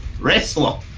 wrestler